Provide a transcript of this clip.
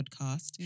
podcast